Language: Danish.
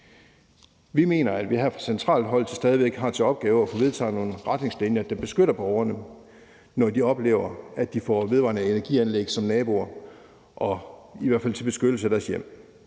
Vi mener, at vi her fra centralt hold til stadighed har til opgave at vedtage nogle retningslinjer, der beskytter borgerne, når de oplever, at de får vedvarende energi-anlæg som naboer, i hvert fald til beskyttelse af deres hjem.